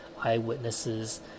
eyewitnesses